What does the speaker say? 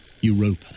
Europa